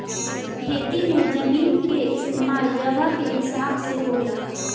खेती मे जमीन के इस्तमाल जगह के हिसाब से होला